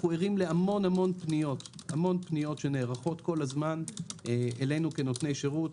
אנחנו ערים להמון פניות שנערכות כל הזמן אלינו כנותני שירות,